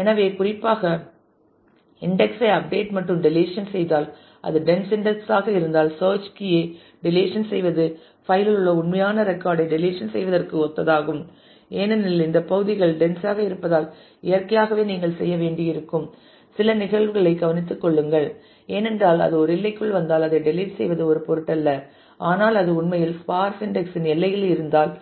எனவே குறிப்பாக இன்டெக்ஸ் ஐ அப்டேட் மற்றும் டெலிசன் செய்தால் அது டென்ஸ் இன்டெக்ஸ் ஆக இருந்தால் சேர்ச் கீ ஐ டெலிசன் செய்வது பைல் இல் உள்ள உண்மையான ரெக்கார்ட் ஐ டெலிசன் செய்வதற்கு ஒத்ததாகும் ஏனெனில் இந்த பகுதிகள் டென்ஸ் ஆக இருப்பதால் இயற்கையாகவே நீங்கள் செய்ய வேண்டியிருக்கும் சில நிகழ்வுகளை கவனித்துக் கொள்ளுங்கள் ஏனென்றால் அது ஒரு எல்லைக்குள் வந்தால் அதை டெலிட் செய்வது ஒரு பொருட்டல்ல ஆனால் அது உண்மையில் ஸ்பார்ஸ் இன்டெக்ஸ் இன் எல்லையில் இருந்தால்